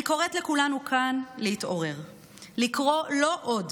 אני קוראת לכולנו כאן להתעורר ולקרוא: לא עוד.